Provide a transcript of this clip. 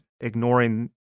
ignoring